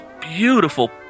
beautiful